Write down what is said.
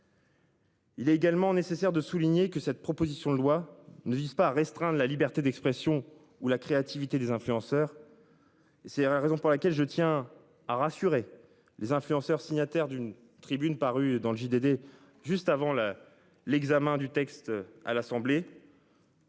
Il est également nécessaire de souligner que cette proposition de loi ne vise pas à restreindre la liberté d'expression ou la créativité des influenceurs. C'est la raison pour laquelle je tiens à rassurer les influenceurs signataire d'une tribune parue dans le JDD. Juste avant la, l'examen du texte à l'Assemblée.